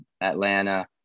Atlanta